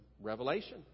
revelation